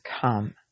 come